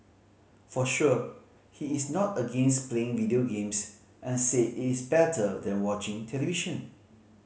for sure he is not against playing video games and said it is better than watching television